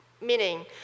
meaning